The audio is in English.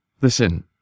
listen